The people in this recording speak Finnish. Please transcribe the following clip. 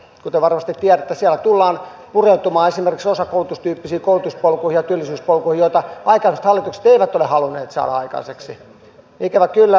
kuten varmasti tiedätte siellä tullaan pureutumaan esimerkiksi osakoulutustyyppisiin koulutuspolkuihin ja työllisyyspolkuihin joita aikaisemmat hallitukset eivät ole halunneet saada aikaiseksi ikävä kyllä